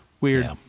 Weird